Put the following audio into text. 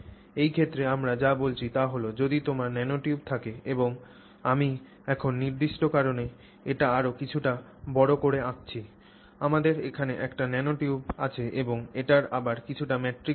এই ক্ষেত্রে আমরা যা বলছি তা হল যদি তোমার ন্যানোটিউব থাকে এবং আমি এখন নির্দিষ্ট কারণে এটি আরও কিছুটা বড় করে আঁকছি আমাদের এখানে একটি ন্যানোটিউব আছে এবং এটি আবার কিছু ম্যাট্রিক্সে রয়েছে